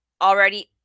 already